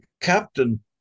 captain